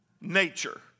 nature